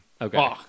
Okay